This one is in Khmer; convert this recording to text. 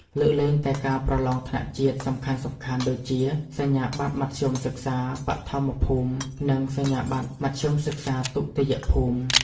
លើកលែងតែការប្រឡងថ្នាក់ជាតិសំខាន់ៗដូចជា សញ្ញាបត្រមធ្យមសិក្សាបឋមភូមិ និងសញ្ញាបត្រមធ្យមសិក្សាទុតិយភូមិ ។